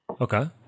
Okay